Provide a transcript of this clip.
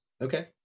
Okay